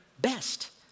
best